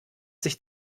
sich